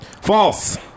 False